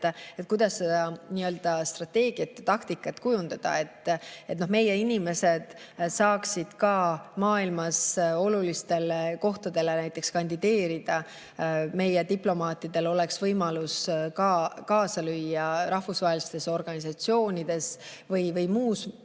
kujundada seda strateegiat ja taktikat, et meie inimesed saaksid ka maailmas olulistele kohtadele kandideerida ning meie diplomaatidel oleks võimalus kaasa lüüa rahvusvahelistes organisatsioonides või muul